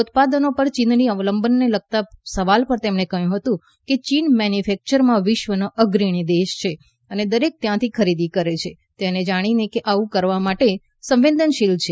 ઉત્પાદનો પર ચીનની અવલંબનને લગતા સવાલ પર તેમણે કહ્યું કે ચીન મેન્યુફેક્યરિંગમાં વિશ્વનો અગ્રણી દેશ છે અને દરેક ત્યાંથી ખરીદી કરે છે તે જાણીને કે તે આવું કરવા માટે સંવેદનશીલ છે